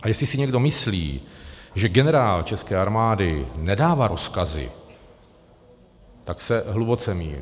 A jestli si někdo myslí, že generál České armády nedává rozkazy, tak se hluboce mýlí.